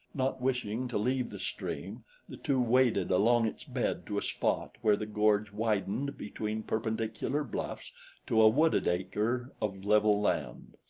not wishing to leave the stream the two waded along its bed to a spot where the gorge widened between perpendicular bluffs to a wooded acre of level land.